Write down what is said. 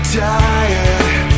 diet